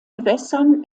bewässern